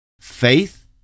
faith